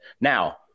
Now